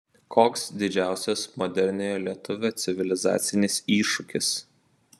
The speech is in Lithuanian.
koks didžiausias moderniojo lietuvio civilizacinis iššūkis